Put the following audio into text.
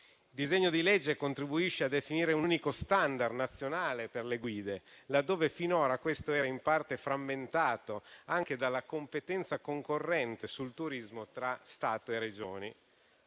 disegno di legge in esame contribuisce a definire un unico *standard* nazionale per le guide, laddove finora questo era in parte frammentato anche dalla competenza concorrente sul turismo tra Stato e Regioni.